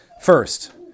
First